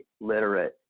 literate